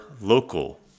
local